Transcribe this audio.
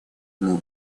моему